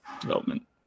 development